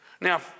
now